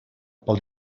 pel